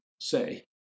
say